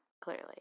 Clearly